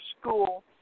school